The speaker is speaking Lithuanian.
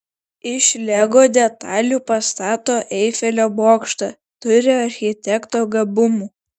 iš lego detalių pastato eifelio bokštą turi architekto gabumų